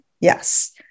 Yes